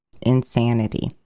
Insanity